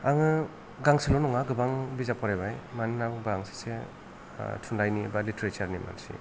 आङो गांसेल' नङा गोबां बिजाब फरायबाय मानो होनना बुङोबा आं सासे थुनलाइनि बा लिटेरेसारनि मानसि